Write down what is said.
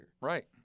Right